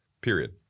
period